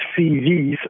CVs